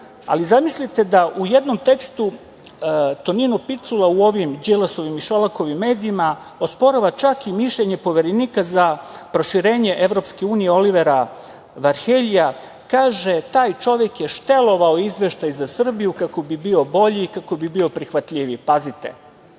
Ali, zamislite da u jednom tekstu Tonino Picula u ovim Đilasovim i Šolakovim medijima, osporava čak i mišljenje Poverenika za proširenje EU Olivera Varheljija, kaže – taj čovek je štelovao izveštaj za Srbiju kako bi bio bolji i kako bi bio prihvatljiviji. Pazite,